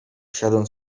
usiadłem